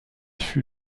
fut